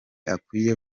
akwiye